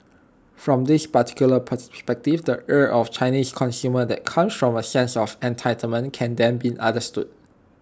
from this particular perspective the ire of Chinese consumers that come from A sense of entitlement can then be understood